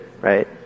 Right